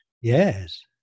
Yes